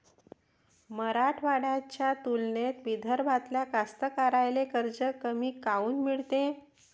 मराठवाड्याच्या तुलनेत विदर्भातल्या कास्तकाराइले कर्ज कमी काऊन मिळते?